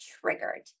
triggered